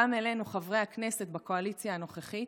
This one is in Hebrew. גם לנו, חברי הכנסת בקואליציה הנוכחית,